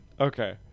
Okay